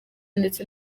ndetse